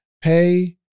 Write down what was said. pay